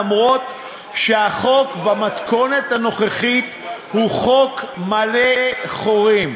אף שהחוק במתכונת הנוכחית מלא חורים,